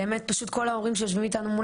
באמת פשוט כל ההורים שיושבים איתנו מול